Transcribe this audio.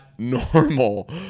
normal